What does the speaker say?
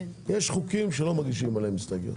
יש חוקים שלא מגישים עליהם הסתייגויות.